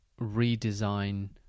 redesign